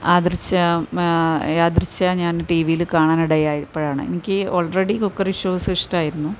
യാദൃശ്ച ഞാൻ യാദൃശ്ചികമായി ഞാൻ ടീ വില് കാണാൻ ഇടയായി അപ്പോഴാണ് എനിക്ക് ഓൾ റെഡി കുക്കറി ഷോസ് ഇഷ്ട്ടമായിരുന്നു